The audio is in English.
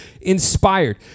inspired